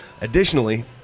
Additionally